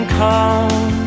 come